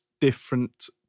different